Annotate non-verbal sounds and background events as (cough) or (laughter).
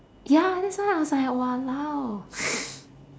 ya that's why I was like !walao! (laughs)